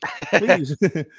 Please